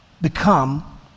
become